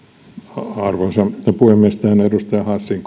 arvoisa puhemies tähän edustaja hassin